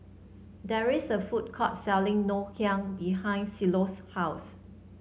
there is a food court selling Ngoh Hiang behind Cielo's house